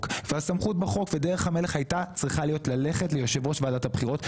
והסמכות בחוק ודרך המלך הייתה צריכה ללכת ליושב ראש ועדת הבחירות,